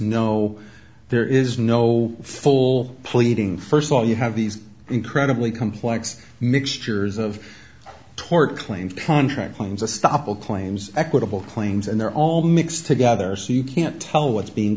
no there is no full pleading first of all you have these incredibly complex mixture of tort claims contract claims the stoppel claims equitable claims and they're all mixed together so you can't tell what's being